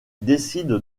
décide